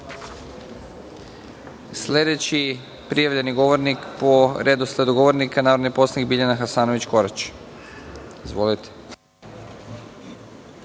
reda. Sledeći prijavljeni govornik po redosledu govornika je narodni poslanik Biljana Hasanović Korać. Izvolite.